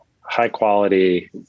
high-quality